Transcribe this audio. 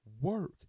work